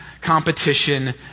competition